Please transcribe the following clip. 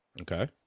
Okay